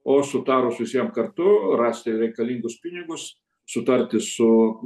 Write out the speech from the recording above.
o sutarus visiem kartu rasti reikalingus pinigus sutarti su